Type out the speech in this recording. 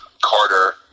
Carter